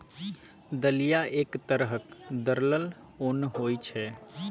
दलिया एक तरहक दरलल ओन होइ छै